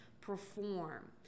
perform